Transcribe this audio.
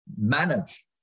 manage